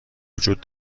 وجود